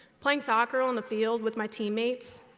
playing soccer on the field with my teammates,